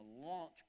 launch